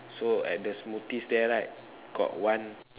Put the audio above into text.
so at the smoothies there right got one